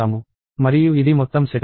మరియు ఇది మొత్తం సెటప్